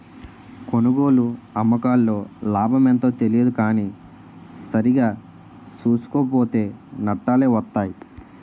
కొనుగోలు, అమ్మకాల్లో లాభమెంతో తెలియదు కానీ సరిగా సూసుకోక పోతో నట్టాలే వొత్తయ్